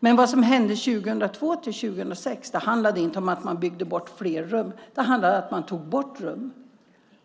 Men det som hände 2002-2006 handlade inte om att man byggde bort flerbäddsrum. Det handlade om att man tog bort rum.